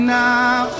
now